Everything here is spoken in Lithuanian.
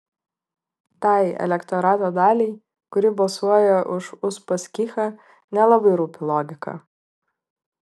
tai elektorato daliai kuri balsuoja už uspaskichą nelabai rūpi logika